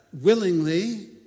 willingly